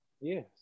Yes